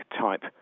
type